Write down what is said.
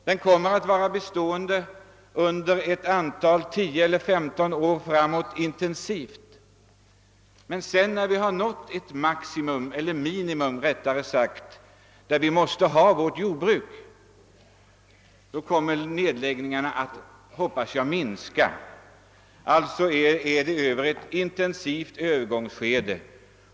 Den torde komma att pågå intensivt under tio eller femton år, men sedan — när vi nått ett visst minimum för vårt jordbruk — kommer nedläggningarna av jordbruk att minska i antal. Vi befinner oss alltså i ett intensivt övergångsskede.